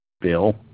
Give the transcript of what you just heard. Bill